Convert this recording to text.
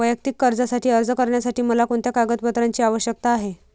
वैयक्तिक कर्जासाठी अर्ज करण्यासाठी मला कोणत्या कागदपत्रांची आवश्यकता आहे?